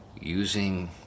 using